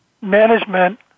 management